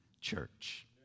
church